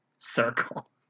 circle